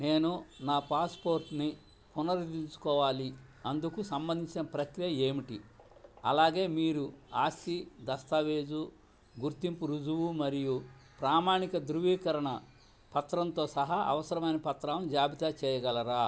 నేను నా పాస్పోర్ట్ని పునరుద్ధరించుకోవాలి అందుకు సంబంధించిన ప్రక్రియ ఏమిటి అలాగే మీరు ఆస్తి దస్తావేజు గుర్తింపు రుజువు మరియు ప్రామాణిక ధృవీకరణ పత్రంతో సహా అవసరమైన పత్రాలను జాబితా చేయగలరా